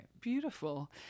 Beautiful